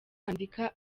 kwandika